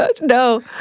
No